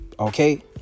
Okay